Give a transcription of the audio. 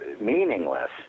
meaningless